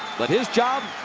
but his job,